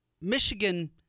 Michigan